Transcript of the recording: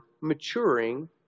maturing